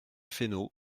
fesneau